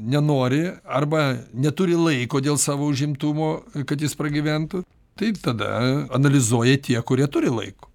nenori arba neturi laiko dėl savo užimtumo kad jis pragyventų taip tada analizuoja tie kurie turi laiko